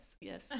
yes